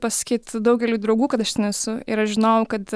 pasakyt daugeliui draugų kad aš ten esu ir aš žinojau kad